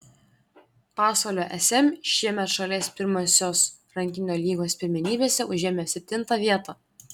pasvalio sm šiemet šalies pirmosios rankinio lygos pirmenybėse užėmė septintą vietą